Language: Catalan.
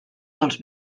dels